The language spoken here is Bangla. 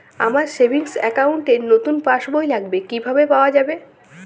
আমার সেভিংস অ্যাকাউন্ট র নতুন পাসবই লাগবে, কিভাবে পাওয়া যাবে?